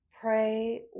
Pray